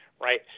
right